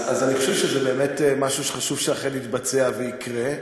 אז אני חושב שזה באמת משהו שחשוב שאכן יתבצע ויקרה.